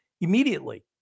Immediately